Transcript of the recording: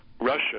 russia